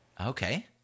Okay